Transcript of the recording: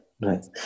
right